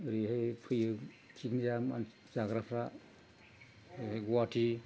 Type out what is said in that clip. ओरैहाय फैयो पिकनिक जाग्राफ्रा ओरैहाय गुवाहाटि